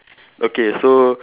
okay so